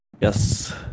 Yes